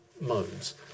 modes